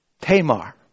Tamar